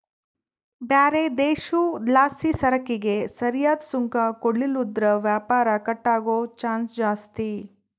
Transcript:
ಬ್ಯಾರೆ ದೇಶುದ್ಲಾಸಿಸರಕಿಗೆ ಸರಿಯಾದ್ ಸುಂಕ ಕೊಡ್ಲಿಲ್ಲುದ್ರ ವ್ಯಾಪಾರ ಕಟ್ ಆಗೋ ಚಾನ್ಸ್ ಜಾಸ್ತಿ